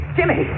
Jimmy